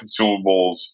consumables